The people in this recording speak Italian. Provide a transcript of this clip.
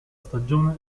stagione